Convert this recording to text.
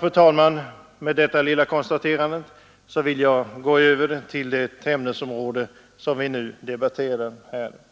Fru talman! Efter detta lilla konstaterande vill jag gå över till det ämnesområde som vi nu debatterar.